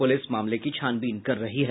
प्रलिस मामले की छानबीन कर रही है